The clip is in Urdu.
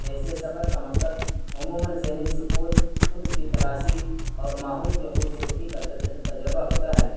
ایسے سفر کا مقصد عموماً ذہنی سکون خود کی تلاشی اور ماحول کی خوبصورتی کا تجربہ ہوتا ہے